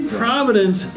providence